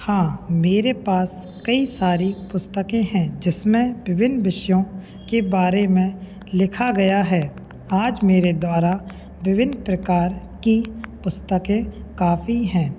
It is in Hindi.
हाँ मेरे पास कई सारी पुस्तकें हैं जिसमें विभिन्न विषयों के बारे में लिखा गया है आज मेरे द्वारा विभिन्न प्रकार की पुस्तकें काफ़ी हैं